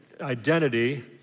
identity